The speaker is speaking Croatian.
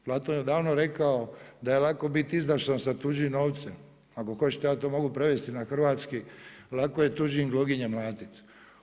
Platon je davno rekao da je lako biti izdašan sa tuđim novcem, ako hoćete ja to mogu prevesti na hrvatski, lako je tuđom gloginjom mlatiti.